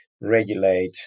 regulate